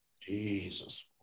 Jesus